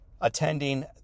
Attending